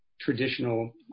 traditional